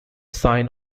sign